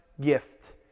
gift